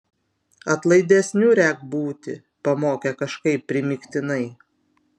atlaidesniu rek būti pamokė kažkaip primygtinai